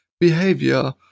behavior